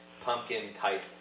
pumpkin-type